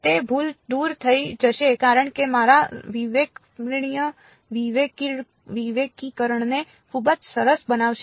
તે ભૂલ દૂર થઈ જશે કારણ કે મારા વિવેકીકરણને ખૂબ જ સરસ બનાવશે